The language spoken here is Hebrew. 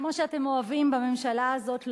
כמו שאתם אוהבים בממשלה הזאת לומר,